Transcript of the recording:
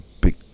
big